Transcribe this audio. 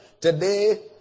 today